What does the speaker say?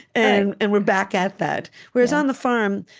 and and we're back at that whereas, on the farm,